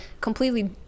completely